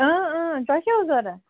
تُہۍ کیٛاہ اوس ضروٗرت